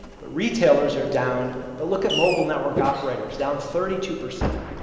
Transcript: but retailers are down. but look at mobile network operators, down thirty two percent,